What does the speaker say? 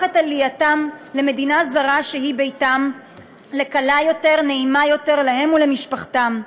את עלייתם למדינה זרה שהיא ביתם לקלה יותר ונעימה יותר להם ולמשפחתם.